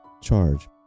charge